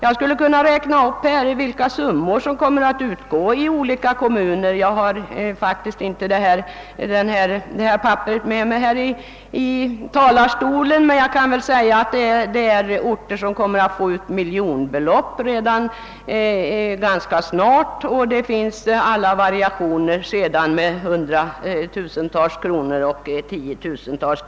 Jag skulle kunna räkna upp vilka summor som kommer att utgå till olika kommuner, men jag skall inskränka mig till att nämna att det finns orter som kommer att få ut miljonbelopp ganska snart. I övrigt förekommer alla variationer mellan hundratusentals kronor och tiotusentals.